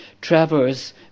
Travers